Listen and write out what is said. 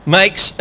makes